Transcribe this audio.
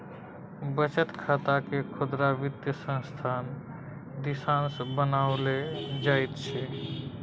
बचत खातकेँ खुदरा वित्तीय संस्थान दिससँ बनाओल जाइत छै